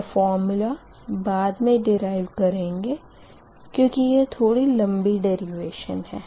यह फ़ोर्मूला बाद मे डिराइव करेंगे क्यूँकि यह थोड़ी लम्बी डेरिवेशन है